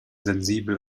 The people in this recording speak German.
sensibel